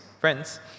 friends